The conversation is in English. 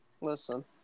listen